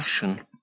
passion